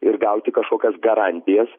ir gauti kažkokias garantijas